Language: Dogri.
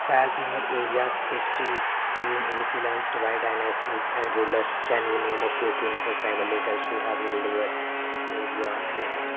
has your areas history be influenced by dynasties and rulers can you name a few king or tribal leaders who have ruled your area state